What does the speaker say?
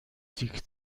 تیک